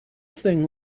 thing